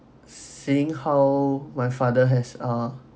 seeing how my father has ah